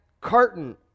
carton